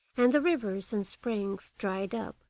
and the rivers and springs dried up,